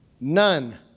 None